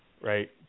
right